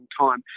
time